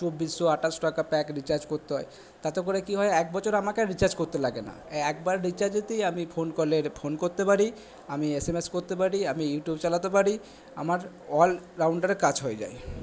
চব্বিশশো আঠাশশো টাকার প্যাক রিচার্জ করতে হয় তাতে করে কি হয় এক বছর আমাকে আর রিচার্জ করতে লাগে না একবার রিচার্জেতেই আমি ফোন কলের ফোন করতে পারি আমি এস এম এস করতে পারি আমি ইউটিউব চালাতে পারি আমার অলরাউন্ডারে কাজ হয়ে যায়